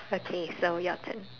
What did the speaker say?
okay so your turn